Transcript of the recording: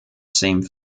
same